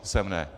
Sem ne.